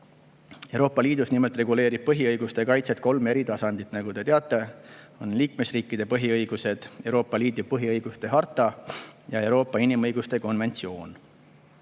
Euroopa Liidus nimelt reguleerivad põhiõiguste kaitset kolm eri tasandit: nagu te teate, on liikmesriikide põhiõigused, Euroopa Liidu põhiõiguste harta ja Euroopa inimõiguste konventsioon.